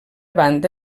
banda